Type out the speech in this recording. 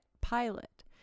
pilot